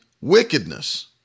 wickedness